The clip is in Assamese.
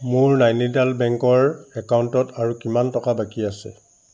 মোৰ নাইনিটাল বেংকৰ একাউণ্টত আৰু কিমান টকা বাকী আছে